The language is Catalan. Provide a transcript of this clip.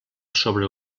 sobre